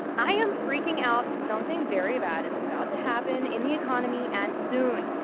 i am freaking out. something very bad is about to happen in the economy and soon.